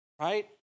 right